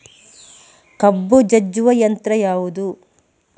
ಕಬ್ಬು ಜಜ್ಜುವ ಯಂತ್ರ ಯಾವುದು?